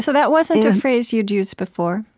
so that wasn't a phrase you'd used before,